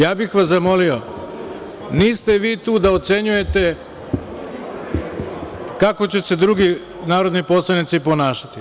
Ja bih vas zamolio, niste vi tu da ocenjujete kako će se drugi narodni poslanici ponašati.